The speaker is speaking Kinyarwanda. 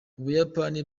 ubuyapani